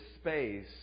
space